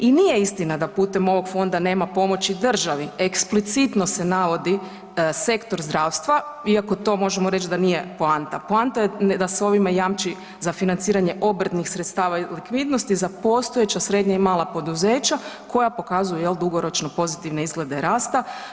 I nije istina da putem ovog fonda nema pomoći državi, eksplicitno se navodi sektor zdravstva iako to možemo reć da je poanta, poanta je da se ovime jamči za financiranje obrtnih sredstava i likvidnosti za postojeća srednja i mala poduzeća koja pokazuju jel dugoročno pozitivne izglede rasta.